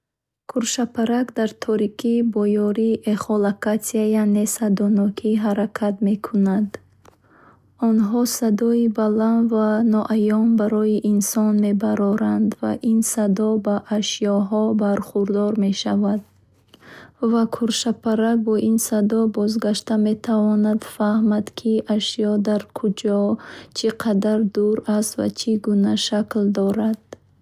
Куршапарак дар торикӣ бо ёрии эхолокация яъне садонокӣ ҳаракат мекунанд. Онҳо садои баланд ва ноаён барои инсон мебароранд ва ин садо ба ашёҳо бархӯрда, бозгардонда мешавад. Летучие мыш фурӯшидани ин садои бозгашта метавонад фаҳмад, ки ашё дар куҷост, чӣ қадар дур аст ва чӣ гуна шакл дорад. Ба ҳамин роҳ, онҳо метавонанд дар торикӣ озодона парвоз кунанд, аз монеаҳо канора гиранд ва шикор кунанд.